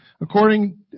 According